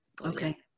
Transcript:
Okay